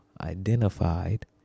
identified